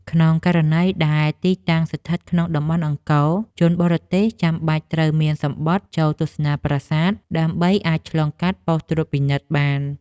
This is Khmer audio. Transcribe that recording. ក្នុងករណីដែលទីតាំងស្ថិតក្នុងតំបន់អង្គរ ជនបរទេសចាំបាច់ត្រូវមានសំបុត្រចូលទស្សនាប្រាសាទ ដើម្បីអាចឆ្លងកាត់ប៉ុស្តិ៍ត្រួតពិនិត្យបាន។